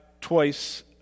twice